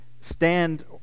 stand